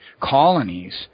colonies